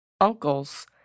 Uncles